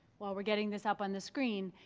while we're getting this up on the screen,